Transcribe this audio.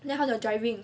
then how the driving